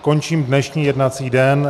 Končím dnešní jednací den.